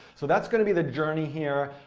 so that's going to be the journey here.